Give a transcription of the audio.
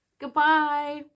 Goodbye